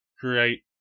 create